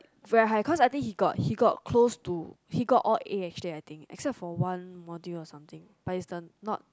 very high cause I think he got he got close to he got all A actually I think except for one module or something but is the not